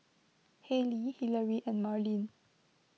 Hailey Hillery and Marlin